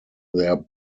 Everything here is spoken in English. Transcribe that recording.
their